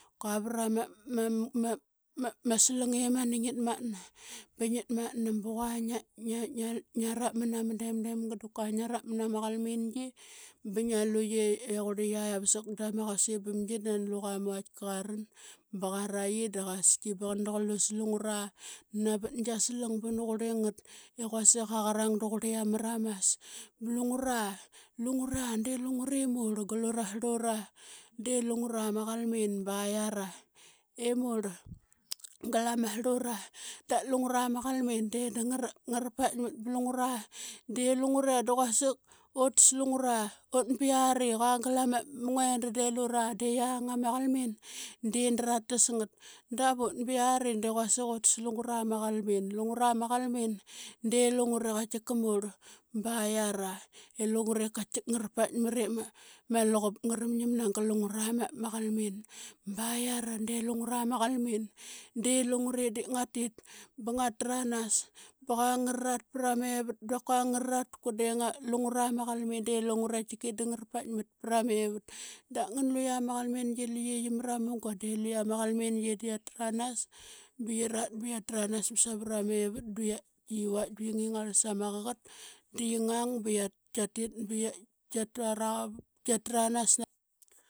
Kua vra ma slang i mani ngitmatna. Ba ngiatmatna ba qua ngia rap mana ma dem demga dap kua rap mana ma qalmingi ba ngia luqe i qurli qia ba sakdama qusim bamgi. Da nani luqa ma vaitka qaran ba qaraqi da qaski ba nani qa lusa lungura navat gia slang ba nani qurli ngat i quasik aqarang duqurli ama ramas. Ba lungura lungura de lungure murl gal ura srlura de lungure ma qalmin ba yiara i murl gal ama srlura. Da lungura ma qalmin de da ngara ngara paikmat ba lungura de lungura i da quasik utas lungura. Ut ba yiari qua gal ama ma nguenda da lura de yiang ama qalmin de da ratas ngat davut ba yiari de quasik utas lungura ma qalmin. Lungura ma qalmin de lungure qaitika murl ba yiara i lungure katika ngara paikmat ip ma, ma luqup ngara ngim nagal lungura ma qalmin. Ba yiara de lungura ma qalmin de lungure di ngatit ba ngat tranas ba qua ngararat pra mevat da kua ngararat kua lungura ma qalmin de lungure tike ngara paikmat pra mevat da ngana luqia ma qalmingi luqe qi mra ma munga de luqia ma qalmingi da qia tranas ba qirat ba qia tranas saivra mevat ba yiyi vaitk ba qi ngingarl sama qaqat. Da qi ngang ba.